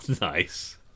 Nice